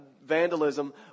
vandalism